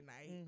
night